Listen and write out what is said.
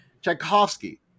Tchaikovsky